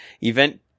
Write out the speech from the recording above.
Event